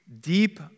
deep